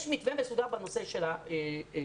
יש מתווה מסודר בנושא של הגנים.